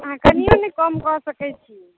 अहाँ कनियो नहि कम कऽ सकैत छी